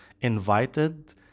invited